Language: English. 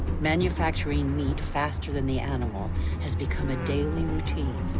manufacturing meat faster than the animal has become a daily routine.